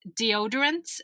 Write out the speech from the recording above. deodorants